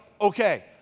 okay